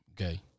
okay